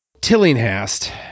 Tillinghast